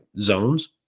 zones